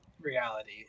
reality